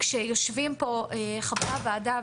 כשיושבים פה חברי הוועדה,